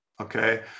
Okay